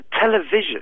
television